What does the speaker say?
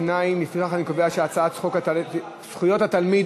2. לפיכך אני קובע שהצעת חוק זכויות התלמיד